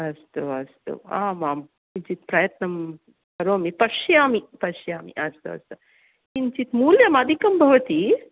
अस्तु अस्तु आमां किञ्चित् प्रयत्नं करोमि पश्यामि पश्यामि अस्तु अस्तु किञ्चित् मूल्यम् अधिकं भवति